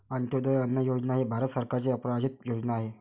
अंत्योदय अन्न योजना ही भारत सरकारची प्रायोजित योजना आहे